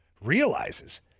realizes